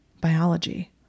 Biology